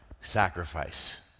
Sacrifice